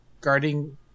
guarding